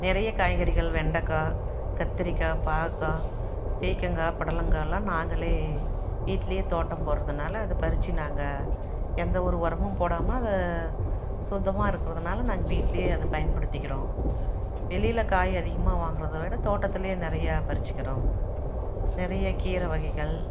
நிறைய காய்கறிகள் வெண்டக்காய் கத்திரிக்காய் பாவக்காய் பீக்கங்காய் புடலங்காலாம் நாங்களே வீட்டிலையே தோட்டம் போடுறதுனால அதை பறித்து நாங்கள் எந்த ஒரு உரமும் போடாமல் அதை சொந்தமாக இருக்கறதுனால் நாங்கள் வீட்டிலையே அதை பயன்படுத்திக்கின்றோம் வெளியில் காய் அதிகமாக வாங்குவத விட தோட்டத்தில் நிறையா பறித்துக்கிறோம் நிறைய கீரை வகைகள்